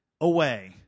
away